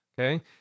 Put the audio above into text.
okay